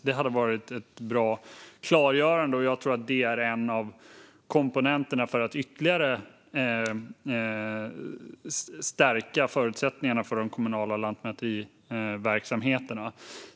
Det hade varit ett bra klargörande, och jag tror att det är en av komponenterna för att ytterligare stärka förutsättningarna för de kommunala lantmäteriverksamheterna.